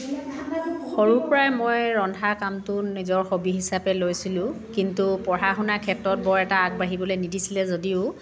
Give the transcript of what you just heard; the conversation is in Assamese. সৰুৰ পৰাই মই ৰন্ধা কামটো নিজৰ হবি হিচাপে লৈছিলোঁ কিন্তু পঢ়া শুনা ক্ষেত্ৰত বৰ এটা আগবাঢ়িবলৈ নিদিছিলে যদিও